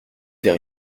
vers